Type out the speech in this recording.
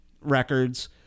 records